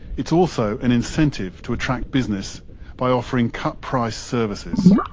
it's also an incentive to attract business by offering cut-price services.